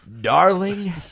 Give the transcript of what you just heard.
darling